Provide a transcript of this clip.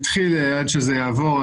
עד שזה יעבור,